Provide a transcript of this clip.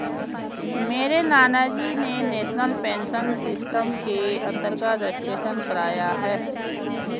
मेरे नानाजी ने नेशनल पेंशन सिस्टम के अंतर्गत रजिस्ट्रेशन कराया है